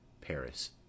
Paris